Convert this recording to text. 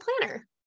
planner